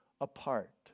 apart